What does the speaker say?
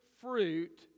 fruit